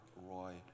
Roy